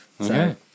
okay